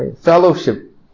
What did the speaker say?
Fellowship